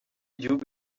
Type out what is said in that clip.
gihugu